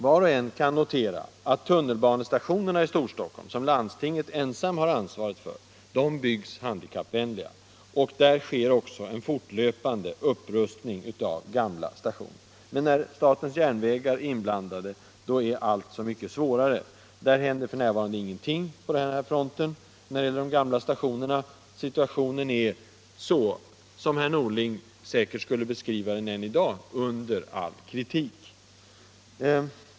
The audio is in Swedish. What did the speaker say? Var och en kan notera att tunnelbanestationerna i Storstockholm, som landstinget ensamt har ansvaret för, byggs handikappvänliga, och där sker också en fortlöpande upprustning av gamla stationer. Men när statens järnvägar är inblandade blir allt så mycket svårare. Där händer f. n. ingenting med de gamla stationerna. Herr Norling skulle säkerligen än i dag beskriva situationen som ”under all kritik”.